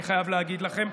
אני חייב להגיד לכם,